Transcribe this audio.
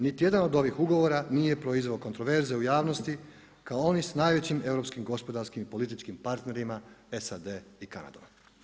Niti jedan od ovih ugovora nije proizveo kontraverze u javnosti kao oni s najvećim europskim gospodarskim i političkim partnerima SAD i Kanadom.